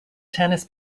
tennis